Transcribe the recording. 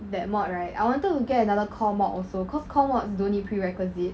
that mod right I wanted to get another core mod also cause core mods don't need prerequisite